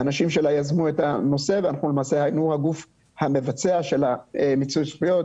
האנשים שלה יזמו את הנושא ואנחנו היינו הגוף המבצע של מיצוי הזכויות,